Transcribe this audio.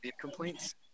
complaints